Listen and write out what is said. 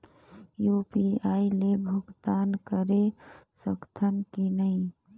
UPI ले भुगतान करे सकथन कि नहीं?